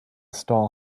stall